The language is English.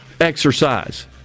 exercise